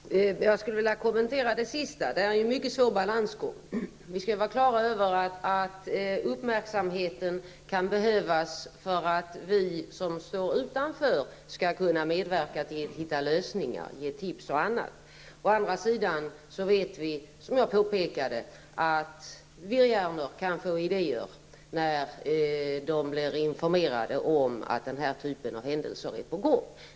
Herr talman! Jag skulle vilja kommentera det sista som Sten Andersson i Malmö sade. Det rör sig om en mycket svår balansgång. Vi skall vara på det klara med att uppmärksamheten kan behövas för att vi som står utanför skall kunna medverka genom att ge tips för att man skall kunna hitta lösningar. Å andra sidan vet vi, som jag påpekade, att virrhjärnor kan få idéer, när de blir informerade om att den här typen av händelser är på gång.